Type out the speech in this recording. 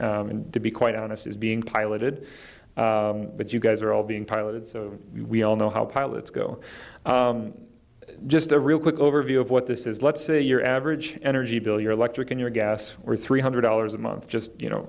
and to be quite honest is being piloted but you guys are all being piloted so we all know how pilots go just a real quick overview of what this is let's say your average energy bill your electric and your gas or three hundred dollars a month just you know